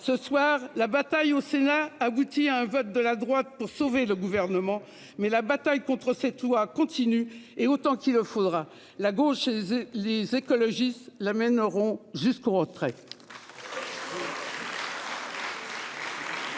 ce soir la bataille au Sénat aboutit à un vote de la droite pour sauver le gouvernement mais la bataille contre c'est tout continue et autant qu'il le faudra. La gauche et les écologistes la mèneront jusqu'au retrait.